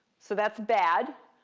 so that's bad.